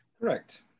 Correct